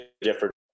different